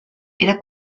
era